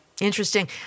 Interesting